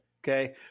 Okay